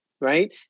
right